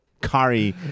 curry